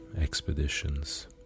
expeditions